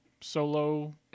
solo